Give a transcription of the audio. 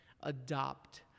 adopt